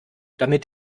damit